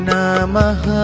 Namah